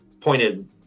pointed